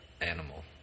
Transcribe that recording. animal